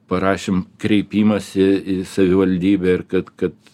parašėm kreipimąsi į savivaldybę ir kad kad